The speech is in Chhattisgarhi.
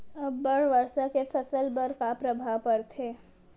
अब्बड़ वर्षा के फसल पर का प्रभाव परथे?